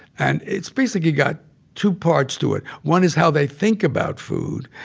and it's basic. you got two parts to it. one is how they think about food,